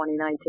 2019